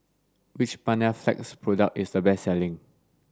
which Panaflex product is the best selling